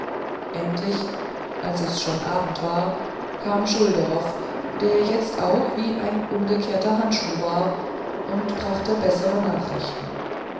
endlich als es schon abend war kam schulderoff der jetzt auch wie ein umgekehrter handschuh war und brachte bessere nachricht